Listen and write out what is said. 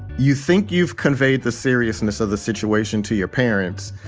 you think you've conveyed the seriousness of the situation to your parents.